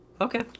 okay